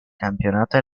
campionato